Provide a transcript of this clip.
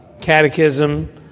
catechism